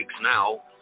now